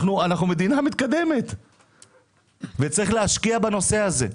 אנחנו מדינה מתקדמת וצריך להשקיע בנושא הזה,